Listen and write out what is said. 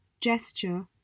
gesture